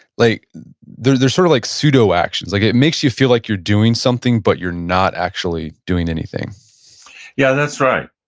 like they're they're sort of like pseudo actions. like it makes you feel like you're doing something, but you're not actually doing anything yeah, that's right.